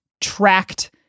tracked